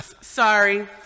Sorry